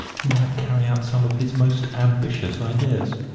he might carry out some of his most ambitious ideas.